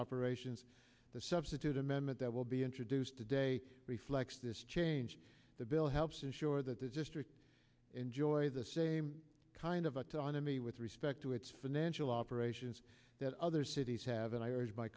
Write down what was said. operations the substitute amendment that will be introduced today reflects this change the bill helps ensure that the district enjoy the same kind of autonomy with respect to its financial operations that other cities have and i